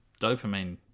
dopamine